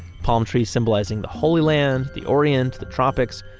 palm tree symbolizing the holy land, the orient, the tropics,